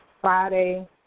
Friday